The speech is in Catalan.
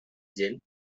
gent